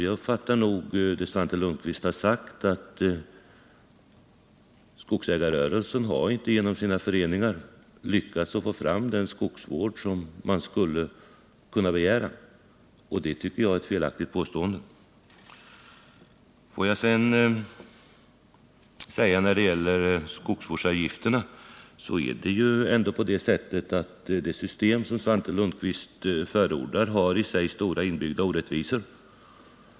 Jag uppfattar det som Svante Lundkvist sagt så, att han påstår att skogsägarrörelsen har inte genom sina föreningar lyckats få fram den skogsvård som man skulle kunna begära, och det tycker jag är ett felaktigt påstående. När det gäller skogsvårdsavgifterna är det ändå på det sättet att det system som Svante Lundkvist förordar har i sig stora inbyggda orättvisor.